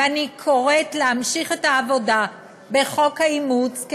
ואני קוראת להמשיך את העבודה בחוק האימוץ,